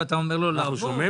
ואתה אומר לו לעבור הלאה?